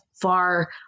far